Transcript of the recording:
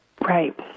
right